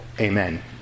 Amen